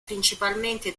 principalmente